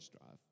drive